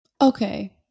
okay